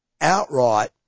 outright